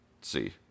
see